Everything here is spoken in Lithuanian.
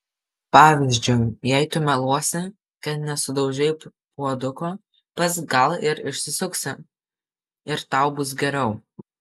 pavyzdžiui jei tu meluosi kad nesudaužei puoduko pats gal ir išsisuksi ir tau bus geriau